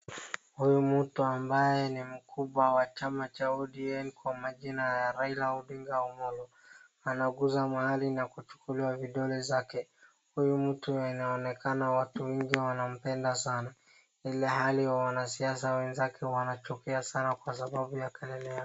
Huyu mtu ambaye ni mkubwa wa chama cha ODM kwa majina, Raila Odinga Omollo, anaguza mahali na kuchukuliwa vidole zake. Huyu mtu anaonekana watu wengi wanampenda sana, ilhali wanasiasa wenzake wanachukia sana kwa sababu ya kelele yake.